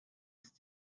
ist